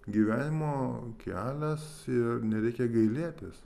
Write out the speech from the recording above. gyvenimo kelias ir nereikia gailėtis